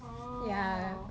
ya